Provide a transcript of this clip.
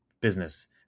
business